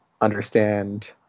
understand